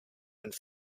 and